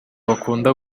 bakunda